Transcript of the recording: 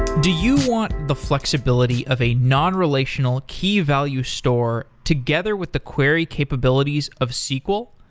do you want the flexibility of a non-relational, key-value store, together with the query capabilities of sql?